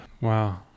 Wow